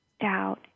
doubt